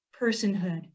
personhood